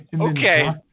Okay